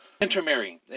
intermarrying